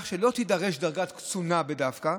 כך שלא תידרש דרגת קצונה דווקא,